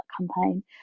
campaign